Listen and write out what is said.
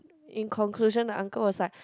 in conclusion the uncle was like